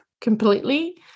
completely